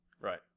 Right